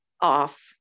off